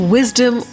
Wisdom